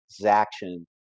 transaction